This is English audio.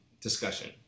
discussion